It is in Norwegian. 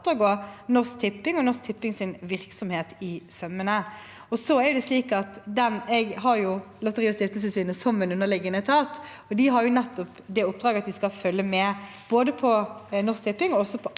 Norsk Tipping og Norsk Tippings virksomhet etter i sømmene. Jeg har Lotteri- og stiftelsestilsynet som en underliggende etat, og de har nettopp det oppdraget at de skal følge med på både Norsk Tipping og